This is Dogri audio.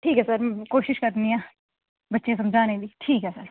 ठीक ऐ सर कोशिश करनी आं बच्चें ई समझानै दी ठीक ऐ